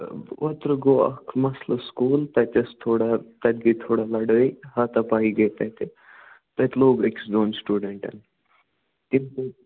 اوترٕ گوٚو اَکھ مسلہٕ سکوٗل تتہِ ٲس تھوڑا تتہِ گٔے تھوڑا لڑٲے ہاتا پاٮٔی گٔے تتہِ تتہِ لوٚگ أکِس دۄن سِٹوڈنٛٹن